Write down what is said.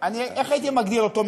איך הייתי מגדיר אותו?